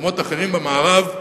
ובמקומות אחרים במערב,